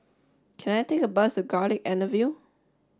can I take a bus to Garlick Avenue